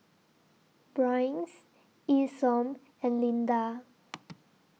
Bryce Isom and Lynda